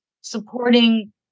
supporting